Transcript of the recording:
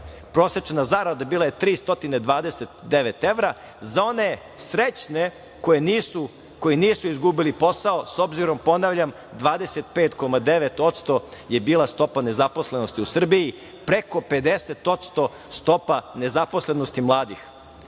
prosečna zarada bila je 329 evra, za one srećne koji nisu izgubili posao, s obzirom, ponavljam, 25,9% je bila stopa nezaposlenosti u Srbiji, preko 50% stopa nezaposlenosti mladih. Što